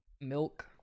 Milk